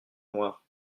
noires